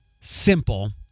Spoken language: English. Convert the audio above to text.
simple